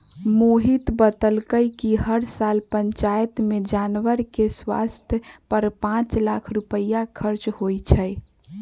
मोहित बतलकई कि हर साल पंचायत में जानवर के स्वास्थ पर पांच लाख रुपईया खर्च होई छई